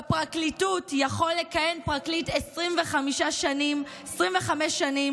בפרקליטות יכול לכהן פרקליט 25 שנים כשמעולם,